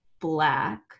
black